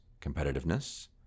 competitiveness